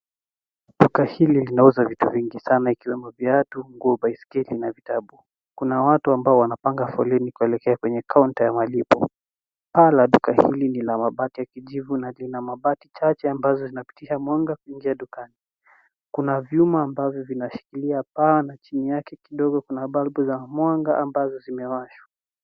Duka hili linauza vitu vingi sana ikiwemo viatu, nguo, baiskeli na vitabu. Kuna watu ambao wanapanga foleni kuelekea kwenye kaunta ya malipo. Paa la duka hili lina mabati ya kijivu na lina mabati chache ambazo zinapitisha mwanga kuingia dukani. Kuna vyuma ambavyo vinashikilia paa na chini yake kidogo kuna balbu za mwanga ambazo zimewashwa.